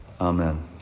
amen